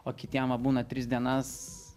o kitiem va būna tris dienas